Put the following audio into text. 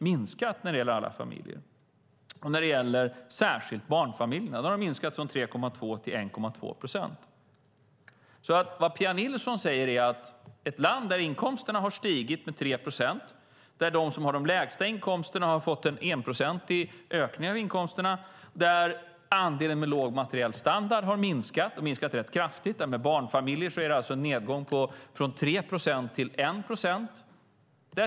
Det gäller alla familjer, och det gäller särskilt barnfamiljerna. De har minskat från 3,2 till 1,2 procent. Vad Pia Nilsson säger är alltså att fattigdomen har ökat i ett land där inkomsterna har stigit med 3 procent, där de som har de lägsta inkomsterna har fått en 1-procentig ökning av inkomsterna och där andelen med låg materiell standard har minskat rätt kraftigt - när det gäller barnfamiljer är det en nedgång från 3 procent till 1 procent.